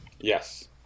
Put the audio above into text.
Yes